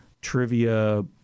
trivia